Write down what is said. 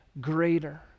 greater